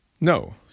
no